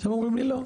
הם אומרים לי לא,